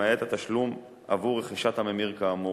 למעט התשלום עבור רכישת הממיר כאמור,